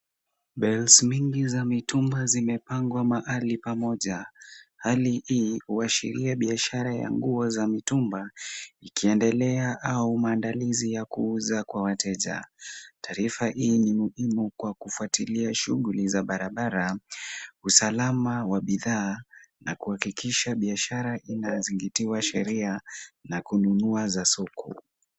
Bales mingi za mitumba zimepangwa mahali pamoja, hali hii huashiria biashara ya nguo za mitumba ikiendelea au maandalizi ya kuuza kwa wateja. Taarifa hii ni muhimu kwa kufuatilia shughuli za barabara, usalama wa bidhaa na kuhakikisha biashara inazingatiwa sheria na kununua za soko.